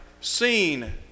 seen